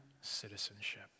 citizenship